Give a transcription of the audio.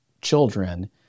children